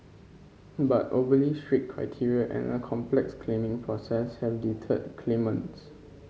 but overly strict criteria and a complex claiming process have deterred claimants